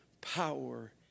power